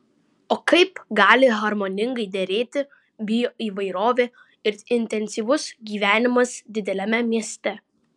o kaip gali harmoningai derėti bioįvairovė ir intensyvus gyvenimas dideliame mieste